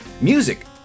music